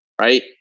right